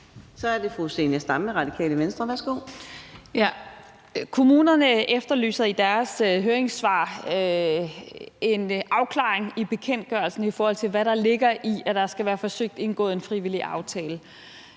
Kl. 14:39 Zenia Stampe (RV): Kommunerne efterlyser i deres høringssvar en afklaring i bekendtgørelsen, i forhold til hvad der ligger i, at der skal være forsøgt indgået en frivillig aftale.